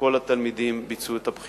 כל התלמידים ביצעו את הבחינה.